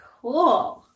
Cool